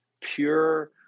pure